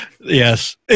Yes